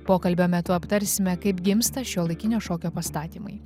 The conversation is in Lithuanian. pokalbio metu aptarsime kaip gimsta šiuolaikinio šokio pastatymai